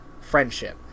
friendship